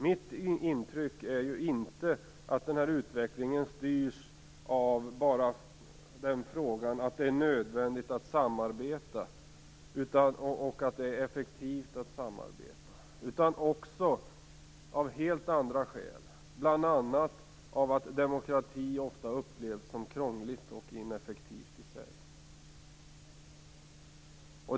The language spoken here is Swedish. Mitt intryck är inte att utvecklingen styrs av frågan om att det är nödvändigt och effektivt att samarbeta. Det finns också helt andra skäl. Bl.a. upplevs demokrati ofta som krångligt och ineffektivt.